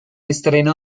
estreno